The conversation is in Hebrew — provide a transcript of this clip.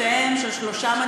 עם שמותיהם של שלושה,